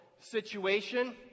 situation